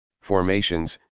formations